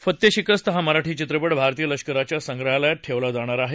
फत्तेशिकस्त हा मराठी चित्रपट भारतीय लष्कराच्या संग्रहालयात ठेवला जाणार आहे